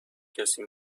کسی